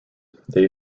they